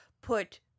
put